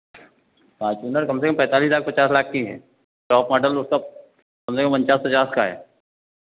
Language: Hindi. फार्चुनर कम से कम पैंतालीस लाख पचास लाख की है टॉप मॉडल उसका कम से कम उनचास पचास का है